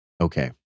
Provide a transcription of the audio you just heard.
Okay